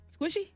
Squishy